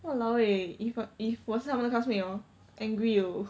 !walao! eh if I if 我是他们的 classmate hor angry